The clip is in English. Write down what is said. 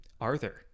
arthur